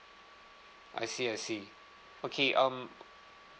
I see I see okay um